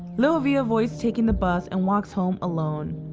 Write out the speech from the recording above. little vee avoids taking the bus, and walks home alone.